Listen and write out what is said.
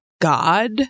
God